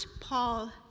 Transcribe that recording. Paul